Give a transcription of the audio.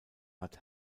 hat